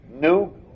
new